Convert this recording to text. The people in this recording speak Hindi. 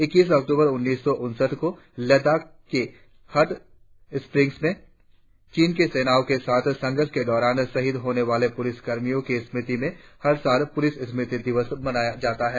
इक्कीस अक्टूबर उन्नीस सौ उनसठ को लद्दाख के हट स्प्रिंग्स में चीन की सैनाओं के साथ संघ्रष के दौरान शहीद होने वाले पुलिस कर्मियों की स्मृति में हर साल पुलिस स्मृति दिवस मनाया जाता है